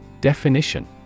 Definition